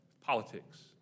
Politics